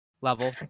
level